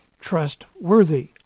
trustworthy